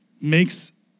makes